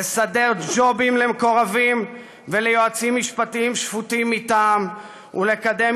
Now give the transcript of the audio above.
לסדר ג'ובים למקורבים וליועצים משפטיים שפוטים-מטעם ולקדם